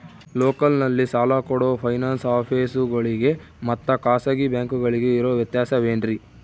ಲೋಕಲ್ನಲ್ಲಿ ಸಾಲ ಕೊಡೋ ಫೈನಾನ್ಸ್ ಆಫೇಸುಗಳಿಗೆ ಮತ್ತಾ ಖಾಸಗಿ ಬ್ಯಾಂಕುಗಳಿಗೆ ಇರೋ ವ್ಯತ್ಯಾಸವೇನ್ರಿ?